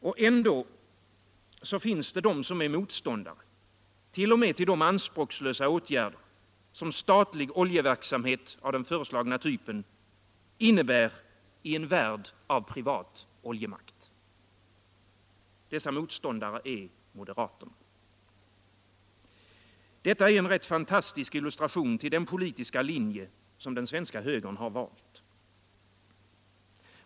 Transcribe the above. Och ändå finns det de som är motståndare t.o.m. till de anspråkslösa åtgärder som statlig oljeverksamhet av den föreslagna typen innebär i en värld av privat oljemakt. Det är moderaterna. Detta är en rätt fantastisk illustration till den politiska linje som den svenska högern valt.